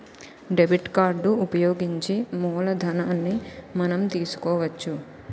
debit card ఉపయోగించి మూలధనాన్ని మనం తీసుకోవచ్చు